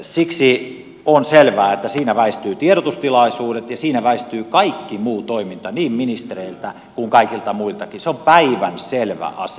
siksi on selvää että siinä väistyvät tiedotustilaisuudet ja siinä väistyy kaikki muu toiminta niin ministereiltä kuin kaikilta muiltakin se on päivänselvä asia